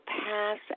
pass